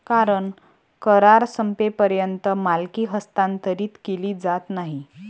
कारण करार संपेपर्यंत मालकी हस्तांतरित केली जात नाही